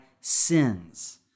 sins